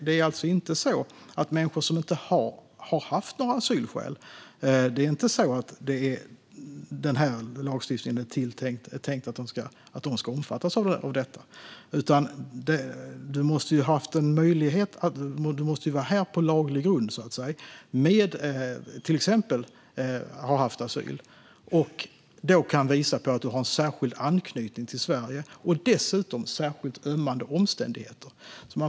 Det är alltså inte tänkt att lagstiftningen ska omfatta människor som inte haft några asylskäl. Man måste vara här på laglig grund och till exempel ha haft asyl och då kunna visa på en särskild anknytning till Sverige och dessutom särskilt ömmande omständigheter.